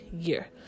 year